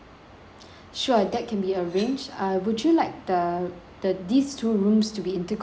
sure that can be arranged uh would you like the the these two rooms to be interconnected